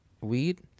weed